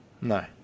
No